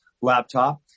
laptop